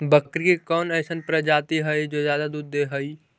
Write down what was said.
बकरी के कौन अइसन प्रजाति हई जो ज्यादा दूध दे हई?